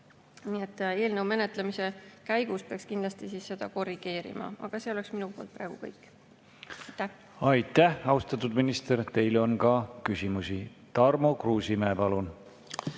möödas. Eelnõu menetlemise käigus peaks kindlasti ka seda korrigeerima. See on minu poolt praegu kõik. Aitäh! Aitäh, austatud minister! Teile on ka küsimusi. Tarmo Kruusimäe, palun!